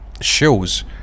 Shows